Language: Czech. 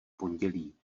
pondělí